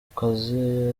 kazi